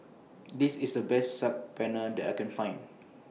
This IS The Best Saag Paneer that I Can Find